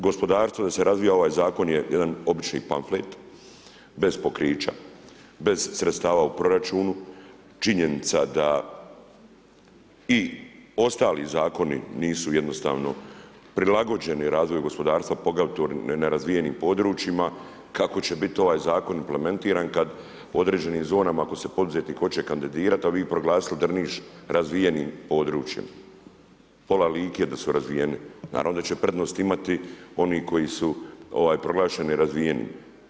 Gospodarstvo da se razvija, ovaj zakon je jedan obični pamflet bez pokrića, bez sredstava u proračunu, činjenica da i ostali zakonu nisu jednostavno prilagođeni razvoju gospodarstva poglavito u nerazvijenim područjima, kako će biti ovaj zakon implementiran kad određenim zonama ako se poduzetnik hoće kandidirati a vi proglasili Drniš razvijenim područjem, pola Like da su razvijen, naravno da će prednost imati oni koji proglašeni razvijenim.